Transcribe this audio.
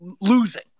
losing